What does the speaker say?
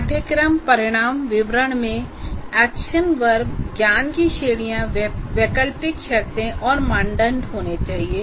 पाठ्यक्रम परिणाम विवरण में एक्शन verb ज्ञान की श्रेणियांवैकल्पिक शर्तें और मानदंड होने चाहिए